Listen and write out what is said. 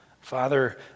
Father